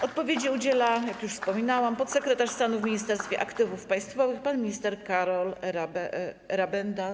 Odpowiedzi udziela, jak już wspominałam, podsekretarz stanu w Ministerstwie Aktywów Państwowych pan minister Karol Rabenda.